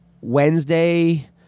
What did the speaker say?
Wednesday